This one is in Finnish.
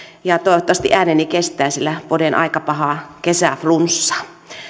ja toivottavasti ääneni kestää sillä poden aika pahaa kesäflunssaa